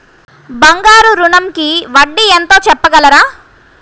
బంగారు ఋణంకి వడ్డీ ఎంతో చెప్పగలరా?